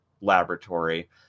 laboratory